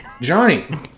johnny